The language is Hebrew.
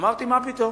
אמרתי: מה פתאום.